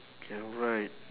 K right